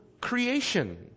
creation